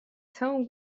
całą